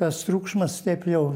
tas triukšmas taip jau